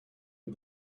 did